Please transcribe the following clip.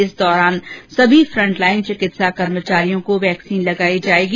इस दौरान सभी फ्रंटलाइन चिकित्सा कर्मचारियों को वैक्सीन लगाई जाएगी